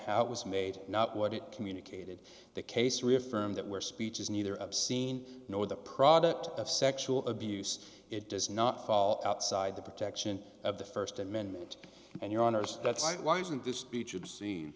how it was made not what it communicated the case reaffirmed that where speech is neither obscene nor the product of sexual abuse it does not fall outside the protection of the st amendment and your honors that's why isn't this speech you'd see